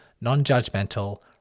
non-judgmental